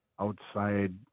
outside